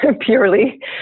purely